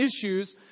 issues